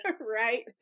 Right